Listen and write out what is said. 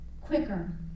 quicker